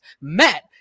matt